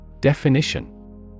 Definition